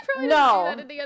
No